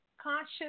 conscious